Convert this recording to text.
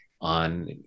on